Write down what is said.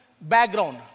background